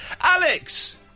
Alex